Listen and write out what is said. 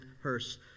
hearse